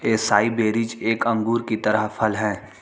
acai berries एक अंगूर की तरह फल हैं